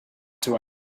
anyone